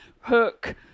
Hook